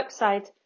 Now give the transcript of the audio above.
website